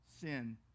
sin